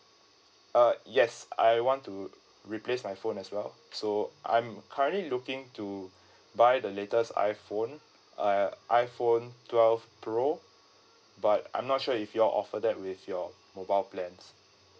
uh yes I want to replace my phone as well so I'm currently looking to buy the latest iphone uh iphone twelve pro but I'm not sure if you all offer that with your mobile plan